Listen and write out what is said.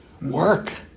work